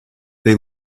they